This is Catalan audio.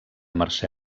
mercè